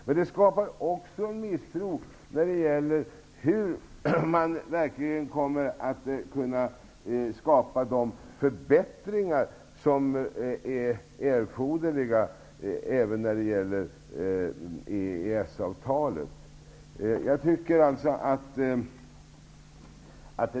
Det här skapar också misstro när det gäller hur man verkligen kommer att skapa de förbättringar som är erforderliga i EES-avtalet.